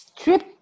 trip